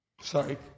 Sorry